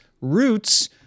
Roots